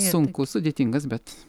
sunkus sudėtingas bet